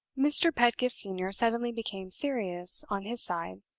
mr. pedgift senior suddenly became serious on his side.